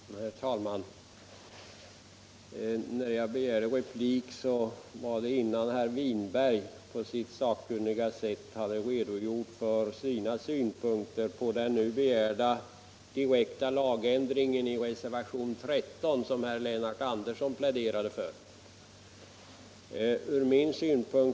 Herr talman! Jag begärde replik innan herr Winberg på sitt sakkunniga sätt redogjorde för sin syn på den nu begärda direkta lagändringen i reservationen 13, som herr Andersson i Södertälje pläderade för.